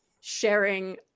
sharing